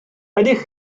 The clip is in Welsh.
ydych